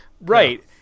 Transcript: right